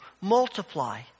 multiply